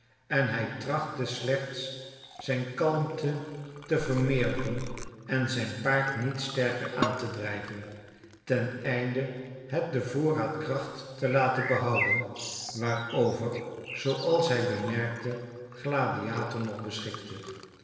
en hij trachtte slechts zijn kalmte te vermeerderen en zijn paard niet sterker aan te drijven ten einde het den voorraad kracht te laten behouden waarover zooals hij bemerkte gladiator nog beschikte